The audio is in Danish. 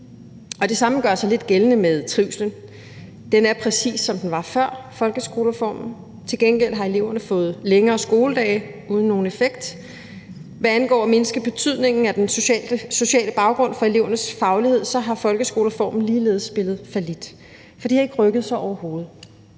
Det samme gør sig lidt gældende med trivslen: Den er præcis, som den var før folkeskolereformen. Til gengæld har eleverne fået længere skoledage uden nogen effekt. Hvad angår at mindske betydningen af den sociale baggrund for elevernes faglighed, har folkeskolereformen ligeledes spillet fallit, for det har ikke rykket sig overhovedet.